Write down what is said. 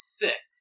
six